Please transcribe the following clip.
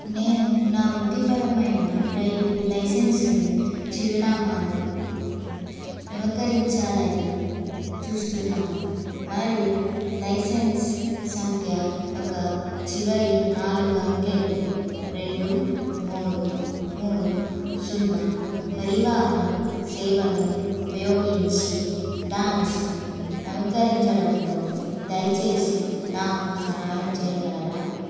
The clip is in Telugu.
నేను నా వృత్తిపరమైన డ్రైవింగ్ లైసెన్స్ని చిరునామాను నవీకరించాలని చూస్తున్నాను మరియు లైసెన్స్ సంఖ్య ఒక చివరి నాలుగంకెలు రెండు మూడు మూడు సున్నా పరివాహన్ సేవను ఉపయోగించి దాన్ని నవీకరించడంలో దయచేసి నాకు సహాయం చెయ్యగలరా